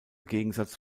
gegensatz